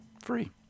free